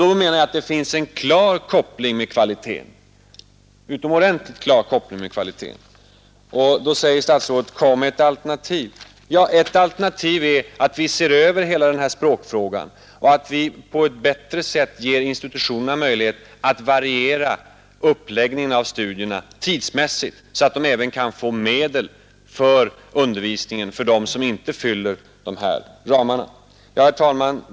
Då menar jag att det finns en utomordentligt klar koppling med kvaliteten. Då säger statsrådet: Kom med ett alternativ. Ja, ett alternativ är att vi ser över hela den här språkfrågan och att vi på ett bättre sätt ger institutionerna möjlighet att variera uppläggningen av studierna tidsmässigt, så att de även kan få medel till undervisningen av dem som inte fyller dessa normer. Herr talman!